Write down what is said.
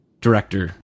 Director